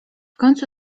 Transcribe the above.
końcu